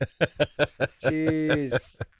jeez